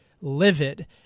livid